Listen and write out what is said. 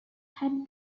had